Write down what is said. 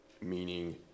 Meaning